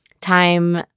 time